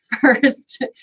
first